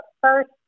first